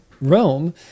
Rome